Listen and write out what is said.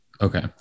Okay